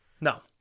No